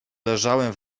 leżałem